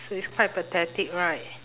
so it's quite pathetic right